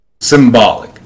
symbolic